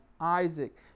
Isaac